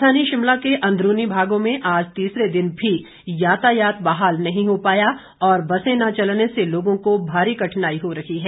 राजधानी शिमला के अंदरूनी भागों में आज तीसरे दिन भी यातायात बहाल नहीं हो पाया और बसें न चलने से लोगों को भारी कठिनाई हो रही है